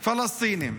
פלסטינים,